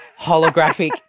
holographic